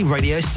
Radio